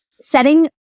setting